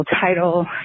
title